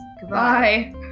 Goodbye